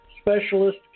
Specialist